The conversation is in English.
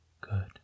good